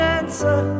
answer